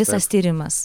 visas tyrimasx